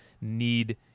need